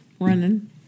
running